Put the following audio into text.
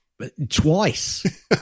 twice